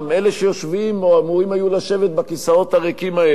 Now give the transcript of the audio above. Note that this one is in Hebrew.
אלה שיושבים או אמורים היו לשבת בכיסאות הריקים האלה,